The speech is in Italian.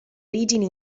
origini